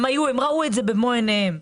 הם ראו את זה במו עיניהם,